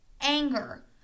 anger